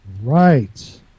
Right